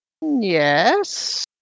Yes